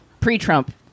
pre-Trump